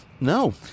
no